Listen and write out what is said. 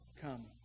come